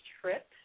trip